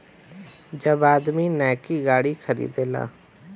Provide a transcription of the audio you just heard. जब आदमी नैकी गाड़ी खरीदेला